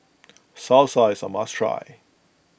Salsa is a must try